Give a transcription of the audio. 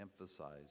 emphasize